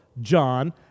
John